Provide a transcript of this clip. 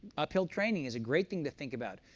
uphill training is a great thing to think about.